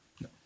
no